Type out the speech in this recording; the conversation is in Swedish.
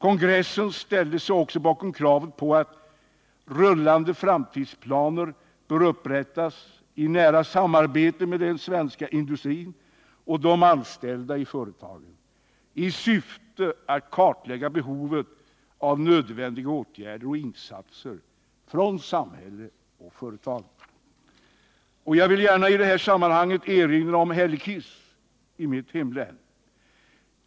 Kongressen ställde sig också bakom kravet på att rullande framtidsplaner bör upprättas i nära samarbete med den svenska industrin och de anställda i företagen, i syfte att kartlägga behovet av nödvändiga åtgärder och insatser från samhälle och företag. Jag vill gärna i det här sammanhanget erinra om Hällekis i mitt hemlän.